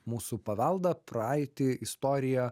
mūsų paveldą praeitį istoriją